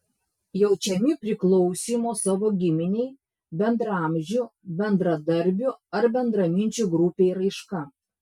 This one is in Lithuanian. jaučiami priklausymo savo giminei bendraamžių bendradarbių ar bendraminčių grupei raiška